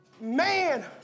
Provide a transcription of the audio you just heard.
man